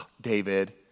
David